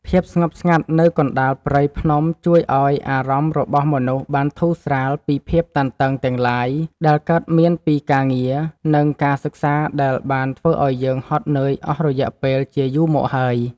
ភាពស្ងប់ស្ងាត់នៅកណ្ដាលព្រៃភ្នំជួយឱ្យអារម្មណ៍របស់មនុស្សបានធូរស្រាលពីភាពតានតឹងទាំងឡាយដែលកើតមានពីការងារ និង ការសិក្សាដែលបានធ្វើឱ្យយើងហត់នឿយអស់រយៈពេលជាយូរមកហើយ។